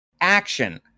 action